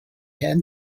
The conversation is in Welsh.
hen